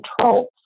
controls